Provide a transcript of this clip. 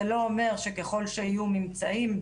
ככל שיהיו ממצאים,